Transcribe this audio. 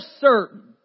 certain